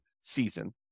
season